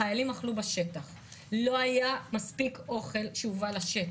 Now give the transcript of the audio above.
חיילים אכלו בשטח ולא היה מספיק אוכל תשובה לשטח.